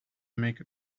make